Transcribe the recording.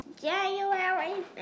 January